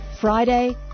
Friday